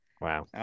Wow